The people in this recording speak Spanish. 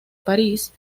parís